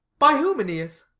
by whom, aeneas?